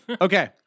Okay